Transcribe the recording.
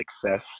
success